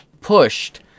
pushed